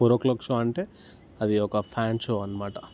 four clock show అంటే అది ఒక ఫ్యాన్ షో అన్నమాట